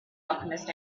alchemist